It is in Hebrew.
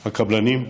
הקבלנים,